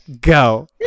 Go